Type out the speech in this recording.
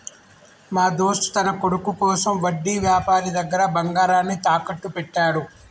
మా దోస్త్ తన కొడుకు కోసం వడ్డీ వ్యాపారి దగ్గర బంగారాన్ని తాకట్టు పెట్టాడు